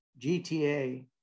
gta